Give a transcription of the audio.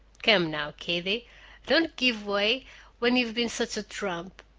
come now, kiddie, don't give way when you've been such a trump.